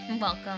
Welcome